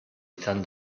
izan